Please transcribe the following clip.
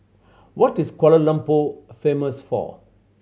what is Kuala Lumpur famous for